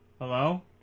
Hello